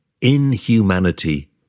inhumanity